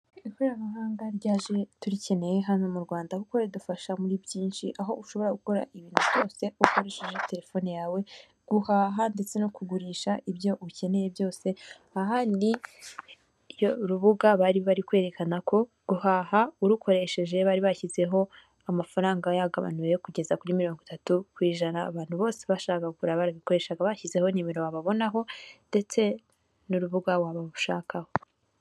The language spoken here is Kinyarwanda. Ikoranabuhanga ryaje turikeneye hano mu Rwanda kuko ridufasha muri byinshi aho ushobora gukora ibintu byose ukoresheje terefone yawe guhaha ndetse no kugurisha ibyo ukeneye byose, aha ni urubuga bari bari kwerekana ko guhaha urukoresheje bari bashyizeho amafaranga yagabanuwe kugeza kuri mirongo itatu ku ijana abantu bose bashaka kugura barabikoreshaga bashyizeho nimero wababonaho ndetse n'urubuga wabashakaho.